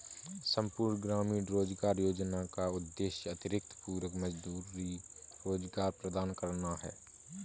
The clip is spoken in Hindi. संपूर्ण ग्रामीण रोजगार योजना का उद्देश्य अतिरिक्त पूरक मजदूरी रोजगार प्रदान करना है